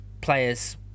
players